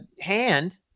hand